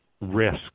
risk